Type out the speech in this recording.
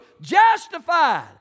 justified